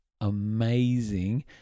amazing